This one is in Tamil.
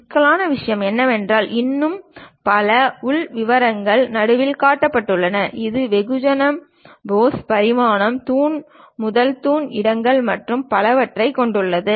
சிக்கலான விஷயம் என்னவென்றால் இன்னும் பல உள் விவரங்கள் நடுவில் காட்டப்பட்டுள்ளன இது வெகுஜன போஸ் பரிமாணங்கள் தூண் முதல் தூண் இடங்கள் மற்றும் பலவற்றைக் கொண்டுள்ளது